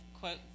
quote